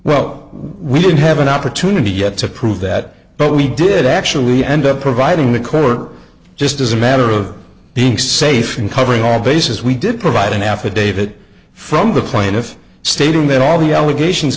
well we didn't have an opportunity yet to prove that but we did actually end up providing the court just as a matter of being safe and covering all bases we did provide an affidavit from the plaintiff stating that all the allegations